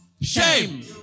Shame